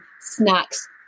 snacks